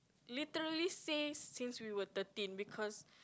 literally say since we were thirteen because